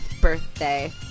birthday